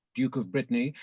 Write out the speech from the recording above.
duke of brittany,